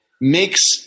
makes